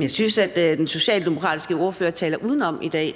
Jeg synes, at den socialdemokratiske ordfører taler udenom i dag.